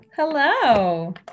Hello